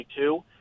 2022